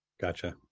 Gotcha